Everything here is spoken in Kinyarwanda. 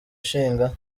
ishinga